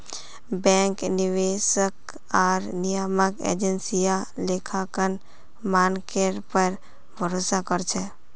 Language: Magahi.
बैंक, निवेशक आर नियामक एजेंसियां लेखांकन मानकेर पर भरोसा कर छेक